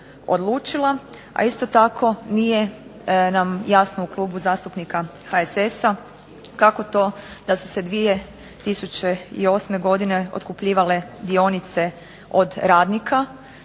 a isto tako nije nam jasno u Klubu zastupnika HSS-a kako to da su se 2008. godine otkupljivale dionice od radnika,